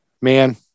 Man